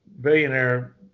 billionaire